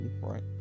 right